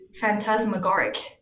phantasmagoric